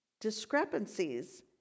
discrepancies